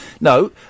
No